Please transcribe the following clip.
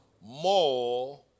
More